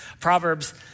Proverbs